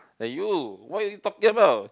that you what are you talking about